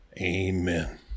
Amen